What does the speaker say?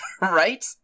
Right